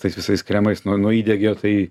tais visais kremais nuo nuo įdegio tai